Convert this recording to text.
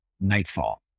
Nightfall